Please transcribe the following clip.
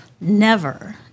Never